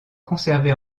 conservé